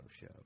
show